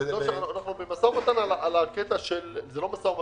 אנחנו במשא ומתן זה לא משא ומתן,